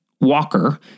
Walker